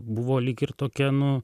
buvo lyg ir tokia nu